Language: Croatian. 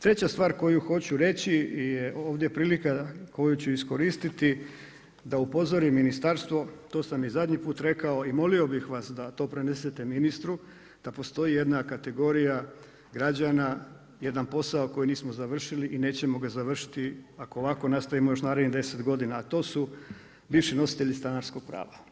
Treća stvar koju hoću reći je ovdje prilika koju ću iskoristiti da upozorim ministarstvo, to sam i zadnji put rekao i molio bih vas da to prenesete ministru da postoji jedna kategorija građana jedan posao koji nismo završili i nećemo ga završiti ako ovako nastavimo još narednih deset godina, a to su bivši nositelji stanarskog prava.